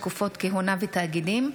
תקופות כהונה ותאגידים),